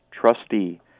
trustee